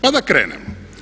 Pa da krenemo.